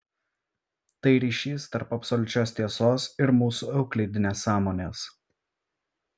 tai ryšys tarp absoliučios tiesos ir mūsų euklidinės sąmonės